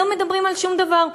לא מדברים על שום דבר,